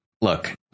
look